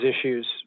issues